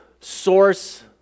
source